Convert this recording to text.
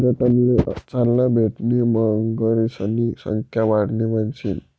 पर्यटनले चालना भेटणी मगरीसनी संख्या वाढणी म्हणीसन